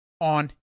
on